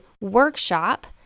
workshop